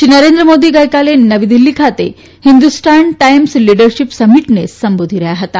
શ્રી નરેન્દ્ર મોદી ગઇકાલે નવી દિલ્હી ખાતે હિન્દુસ્તાન ટાઇમ્સ લીડરશીપ સમિટને સંબોધી રહયાં હતા